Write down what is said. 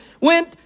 went